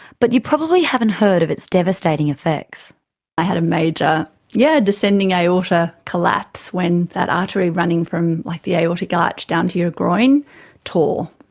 but you probably haven't heard of its devastating affectsjessica i had a major yeah descending aorta collapse when that artery running from like the aortic arch down to your groin tore,